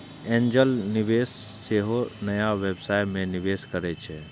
angel निवेशक सेहो नया व्यवसाय मे निवेश करै छै